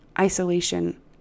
isolation